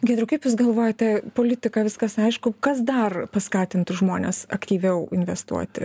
giedriau kaip jūs galvojate politika viskas aišku kas dar paskatintų žmones aktyviau investuoti